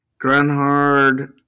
Grunhard